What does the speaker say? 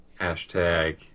Hashtag